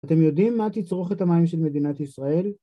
אתם יודעים מה תצרוכת את המים של מדינת ישראל?